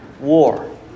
war